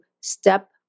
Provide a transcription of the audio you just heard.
step